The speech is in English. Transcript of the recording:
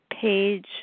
page